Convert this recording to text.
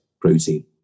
protein